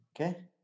Okay